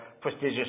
prestigious